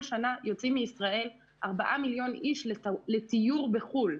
שנה יוצאים מישראל ארבעה מיליון איש לתיור בחו"ל.